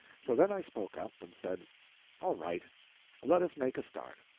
so then i spoke up and said all right let us make a start.